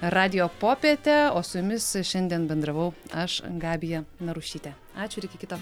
radijo popietę o su jumis šiandien bendravau aš gabija narušytė ačiū ir iki kito